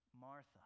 Martha